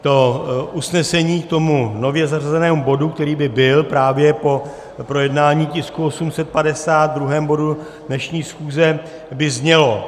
To usnesení k tomu nově zařazenému bodu, který by byl právě po projednání tisku 850, druhém bodu dnešní schůze, by znělo: